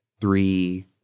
Three